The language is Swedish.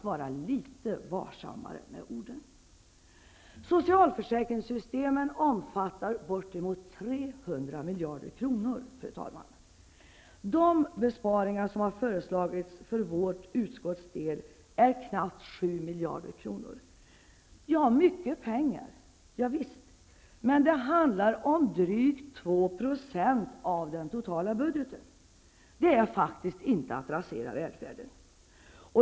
Fru talman! Socialförsäkringssystemen omfattar bortemot 300 miljarder kronor. De besparingar som har föreslagits för vårt utskotts del är knappt 7 miljarder kronor. Ja, det är mycket pengar. Ja visst! Men det handlar om drygt 2 % av den totala budgeten. Det är faktiskt inte att rasera välfärden.